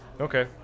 Okay